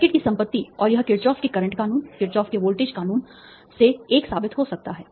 circuit की संपत्ति और यह किरचॉफ के करंट कानून किरचॉफ के वोल्टेज कानून से 1 साबित हो सकता है